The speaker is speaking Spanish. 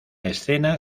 escena